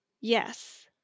yes